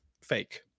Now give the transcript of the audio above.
Fake